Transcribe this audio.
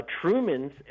Truman's